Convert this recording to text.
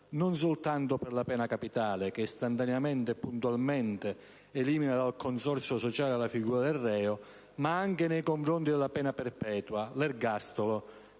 non soltanto per la pena capitale, che istantaneamente e puntualmente elimina dal consorzio sociale la figura del reo, ma anche nei confronti della pena perpetua, l'ergastolo,